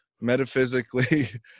metaphysically